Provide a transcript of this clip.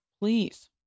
Please